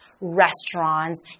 restaurants